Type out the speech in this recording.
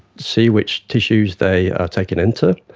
see which tissues they are taken into,